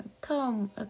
come